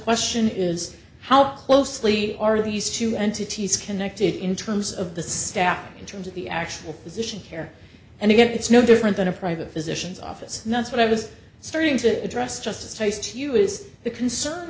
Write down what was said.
question is how closely are these two entities connected in terms of the staff in terms of the actual position here and again it's no different than a private physicians office that's what i was starting to address just face to you is the concern